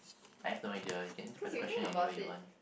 I have no idea you can interpret the question in any way you want